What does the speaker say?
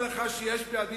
אם ארבעה, פי-ארבעה.